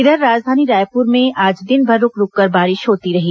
इधर राजधानी रायपुर में आज दिनभर रूक रूककर बारिश होती रही